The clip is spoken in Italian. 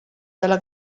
della